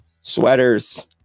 sweaters